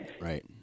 Right